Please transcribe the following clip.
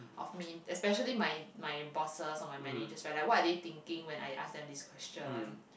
of me especially my my bosses or my managers right like what are they thinking when I ask them this question